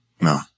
No